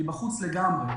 ואז היא בחוץ לגמרי.